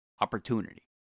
Opportunity